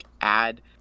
add